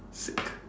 sick